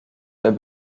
der